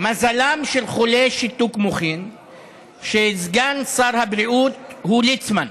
מזלם של חולי שיתוק מוחין שסגן שר הבריאות הוא ליצמן.